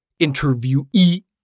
interviewee